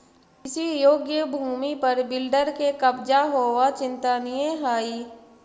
कृषियोग्य भूमि पर बिल्डर के कब्जा होवऽ चिंतनीय हई